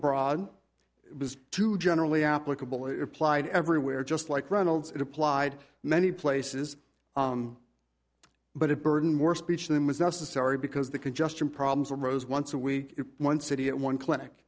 was too generally applicable it applied everywhere just like reynolds it applied many places but it burdened more speech than was necessary because the congestion problems arose once a week in one city at one clinic